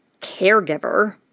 caregiver